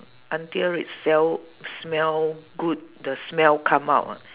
until it smell smell good the smell come out ah